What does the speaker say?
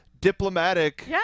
diplomatic